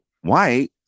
white